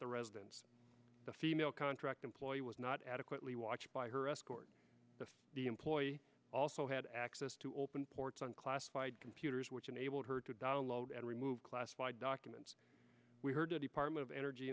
the residence the female contract employee was not adequately watched by her escort the employee also had access to open ports on classified computers which enabled her to download and remove classified documents we heard a department of energy